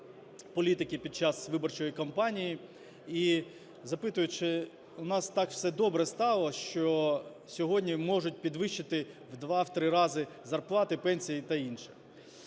політики під час виборчої кампанії, і, запитуючи – у нас так все добре стало, що сьогодні можуть підвищити в 2-3 рази зарплати, пенсії та інше.